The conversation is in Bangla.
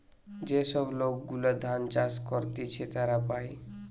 যে সব লোক গুলা ধান চাষ করতিছে তারা পায়